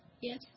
Yes